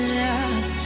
love